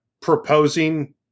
proposing